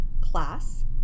Class